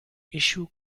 issue